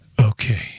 Okay